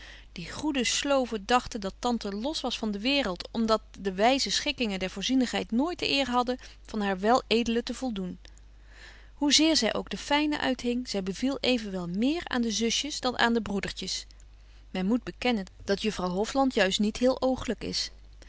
die goede slooven dagten dat tante los was van de waereld om dat de wyze schikkingen der voorzienigheid nooit de eer hadden van haar wel edele te voldoen hoe zeer zy ook de fyne uithing zy beviel evenwel méér aan de zusjes dan aan de broedertjes men moet bekennen dat juffrouw hofland juist niet heel oogelyk is